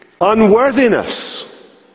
unworthiness